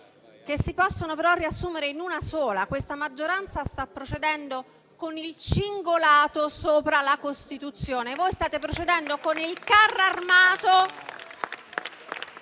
che si possono riassumere in una sola: la maggioranza sta procedendo con il cingolato sopra la Costituzione. Voi state procedendo con il carro armato